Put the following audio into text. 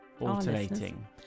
alternating